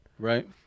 Right